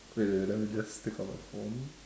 wait wait wait let me just take out my phone